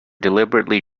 deliberately